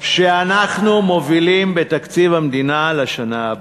שאנחנו מובילים בתקציב המדינה לשנה הבאה.